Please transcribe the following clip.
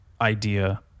Idea